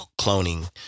cloning